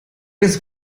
ist